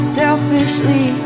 selfishly